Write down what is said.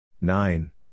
nine